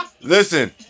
Listen